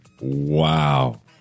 wow